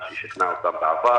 מה ששכנע אותם בעבר.